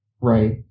right